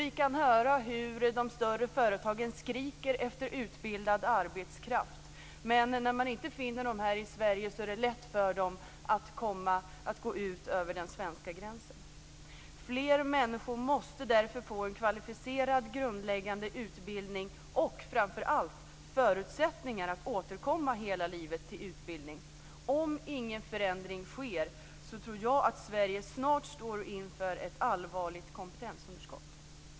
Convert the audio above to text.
Vi kan höra hur de större företagen skriker efter utbildad arbetskraft, men när de inte finner den här i Sverige är det lätt för dem att gå ut över den svenska gränsen. Fler människor måste därför få en kvalificerad grundläggande utbildning och framför allt förutsättningar för att återkomma hela livet till utbildning. Om ingen förändring sker tror jag att Sverige snart står inför ett allvarligt kompetensunderskott.